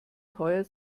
teuer